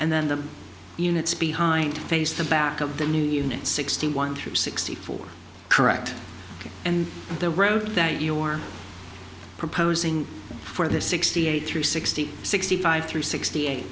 and then the units behind face the back of the new unit sixty one through sixty four correct and the road that your proposing for the sixty eight through sixty sixty five through sixty eight